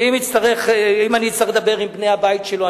אם אני אצטרך לדבר עם בני הבית שלו,